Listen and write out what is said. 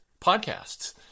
podcasts